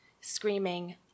screaming